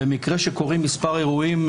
במקרה שקורים מספר אירועים,